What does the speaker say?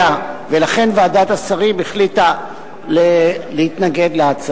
ולכן ועדת השרים החליטה להתנגד לה.